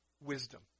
wisdom